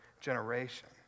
generation